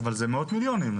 אבל זה מאות מיליונים.